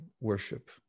worship